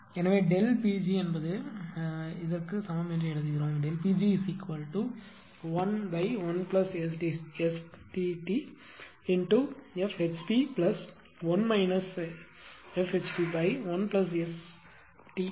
எனவே Pg க்கு சமம் என்று எழுதுகிறோம் Pg11STtFHP1 FHP1STr